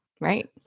Right